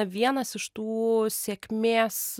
vienas iš tų sėkmės